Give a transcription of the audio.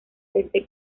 desde